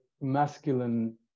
masculine